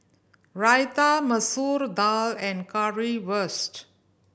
Raita Masoor Dal and Currywurst